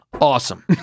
Awesome